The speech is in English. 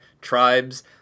tribes